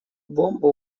бомба